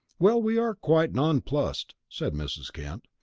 well, we are quite nonplussed, said mrs. kent.